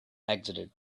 exited